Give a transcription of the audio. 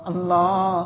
Allah